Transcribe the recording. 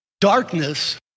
darkness